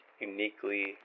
uniquely